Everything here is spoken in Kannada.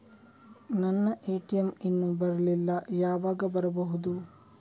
ನನ್ನ ಎ.ಟಿ.ಎಂ ಇನ್ನು ಬರಲಿಲ್ಲ, ಯಾವಾಗ ಬರಬಹುದು?